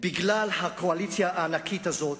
הקואליציה הענקית הזאת,